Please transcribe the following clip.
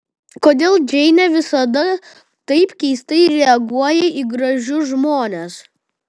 kodėl džeinė visada taip keistai reaguoja į gražius žmones